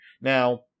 Now